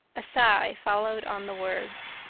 a sigh followed on the words.